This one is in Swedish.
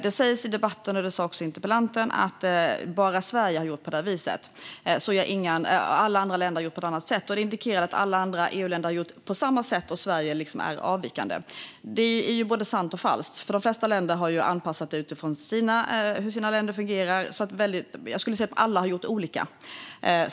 Det sägs i debatten, och det sa också interpellanten, att bara Sverige har gjort på det här viset och att alla andra länder har gjort på ett annat sätt. Det indikerar att alla andra EU-länder skulle ha gjort på samma sätt och att Sverige är avvikande. Det är både sant och falskt. De flesta länder har ju anpassat regelverket utifrån hur det fungerar i respektive land, så jag skulle säga att alla har gjort olika.